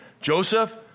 Joseph